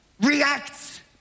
react